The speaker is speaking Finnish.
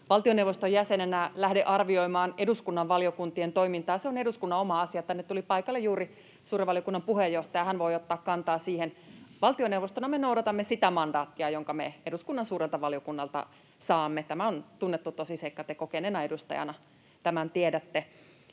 valtioneuvoston jäsenenä lähde arvioimaan eduskunnan valiokuntien toimintaa, se on eduskunnan oma asia — tänne tuli paikalle juuri suuren valiokunnan puheenjohtaja, hän voi ottaa kantaa siihen. Valtioneuvostona me noudatamme sitä mandaattia, jonka me eduskunnan suurelta valiokunnalta saamme. Tämä on tunnettu tosiseikka, te kokeneena edustajana tämän tiedätte.